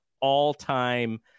all-time